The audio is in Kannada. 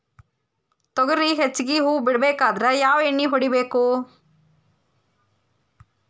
ತೊಗರಿ ಹೆಚ್ಚಿಗಿ ಹೂವ ಬಿಡಬೇಕಾದ್ರ ಯಾವ ಎಣ್ಣಿ ಹೊಡಿಬೇಕು?